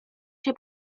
się